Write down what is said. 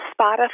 Spotify